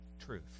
truth